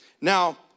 Now